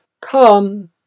Come